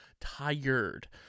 tired